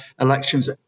elections